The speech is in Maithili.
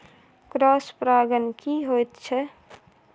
क्रॉस परागण की होयत छै?